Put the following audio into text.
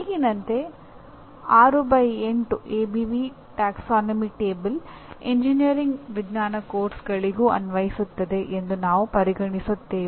ಈಗಿನಂತೆ 6 by 8 ABV taxonomy table engineering ವಿಜ್ಞಾನ ಪಠ್ಯಕ್ರಮಗಳಿಗೂ ಅನ್ವಯಿಸುತ್ತದೆ ಎಂದು ಹೇಳುತ್ತೇವೆ